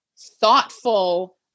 thoughtful